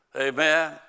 Amen